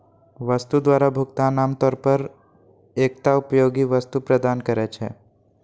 वस्तु द्वारा भुगतान आम तौर पर एकटा उपयोगी वस्तु प्रदान करै छै